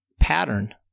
Pattern